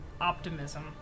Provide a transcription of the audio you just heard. optimism